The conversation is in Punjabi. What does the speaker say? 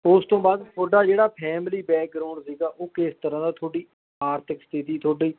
ਉਸ ਤੋਂ ਬਾਅਦ ਤੁਹਾਡਾ ਜਿਹੜਾ ਫੈਮਿਲੀ ਬੈਕਗਰਾਊਂਡ ਸੀਗਾ ਉਹ ਕਿਸ ਤਰ੍ਹਾਂ ਦਾ ਤੁਹਾਡੀ ਆਰਥਿਕ ਸਥਿੱਤੀ ਤੁਹਾਡੀ